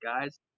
guys